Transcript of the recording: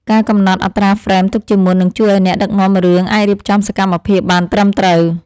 ការកំណត់អត្រាហ្វ្រេមទុកជាមុននឹងជួយឱ្យអ្នកដឹកនាំរឿងអាចរៀបចំសកម្មភាពបានត្រឹមត្រូវ។